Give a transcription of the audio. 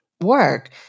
work